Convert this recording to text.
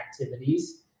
activities